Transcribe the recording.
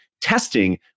testing